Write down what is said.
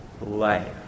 life